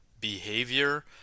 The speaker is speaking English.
behavior